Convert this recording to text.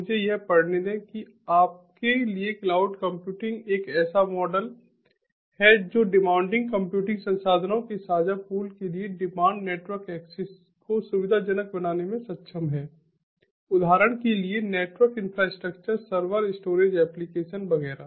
मुझे यह पढ़ने दें कि आपके लिए क्लाउड कंप्यूटिंग एक ऐसा मॉडल है जो डिमांडिंग कंप्यूटिंग संसाधनों के साझा पूल के लिए डिमांड नेटवर्क एक्सेस को सुविधाजनक बनाने में सक्षम है उदाहरण के लिए network infrastructure server storage application वगैरह